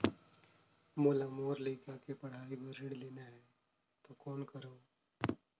मोला मोर लइका के पढ़ाई बर ऋण लेना है तो कौन करव?